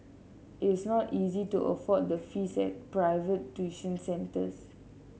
it is not easy to afford the fees at private tuition centres